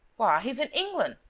why, he's in england!